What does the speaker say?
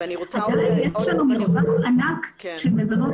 ואני רוצה עדיין יש לנו מגוון ענק של מזונות